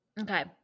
Okay